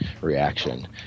reaction